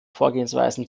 vorgehensweisen